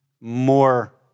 more